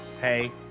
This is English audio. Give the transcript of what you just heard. Hey